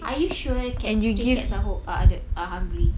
are you sure cats stray cats are ho~ are the are hungry